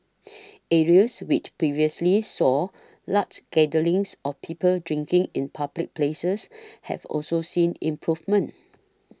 areas which previously saw large gatherings of people drinking in public places have also seen improvements